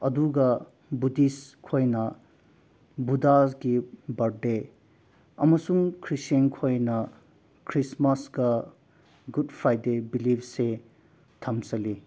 ꯑꯗꯨꯒ ꯕꯨꯗꯤꯁꯈꯣꯏꯅ ꯕꯨꯙꯒꯤ ꯕꯥꯔꯠꯗꯦ ꯑꯃꯁꯨꯡ ꯈ꯭ꯔꯤꯁꯇꯦꯟꯈꯣꯏꯅ ꯈ꯭ꯔꯤꯁꯃꯥꯁꯀ ꯒꯨꯠ ꯐ꯭ꯔꯥꯏꯗꯦ ꯕꯤꯂꯤꯞꯁꯦ ꯊꯝꯖꯜꯂꯤ